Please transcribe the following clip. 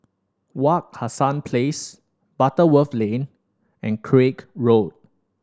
Wak Hassan Place Butterworth Lane and Craig Road